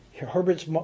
Herbert's